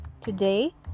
Today